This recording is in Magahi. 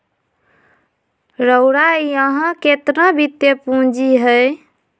रउरा इहा केतना वित्तीय पूजी हए